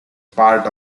part